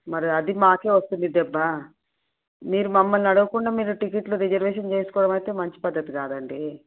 మరి అది మాకు వస్తుంది దెబ్బ మీరు మమ్మల్ని అడగకుండా మీరు టికెట్లు రిజర్వేషన్ చేసుకోవడం అయితే మంచి పద్ధతి కాదండి